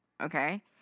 Okay